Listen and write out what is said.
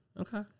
Okay